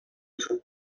توپ